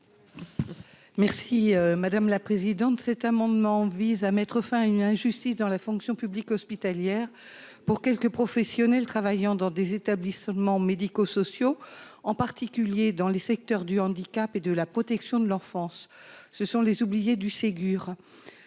Merci madame la présidente, cet amendement vise à mettre fin à une injustice dans la fonction publique hospitalière pour quelques professionnels travaillant dans des établissements médico-sociaux, en particulier dans les secteurs du handicap et de la protection de l'enfance, ce sont les oubliées du Ségur,